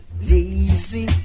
lazy